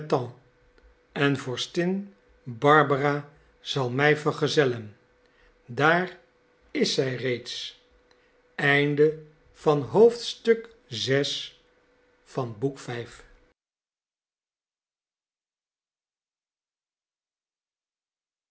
en vorstin barbara zal mij vergezellen daar is zij reeds